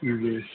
جی